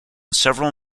several